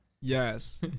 Yes